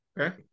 Okay